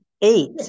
eight